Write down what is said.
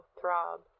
throb